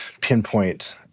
pinpoint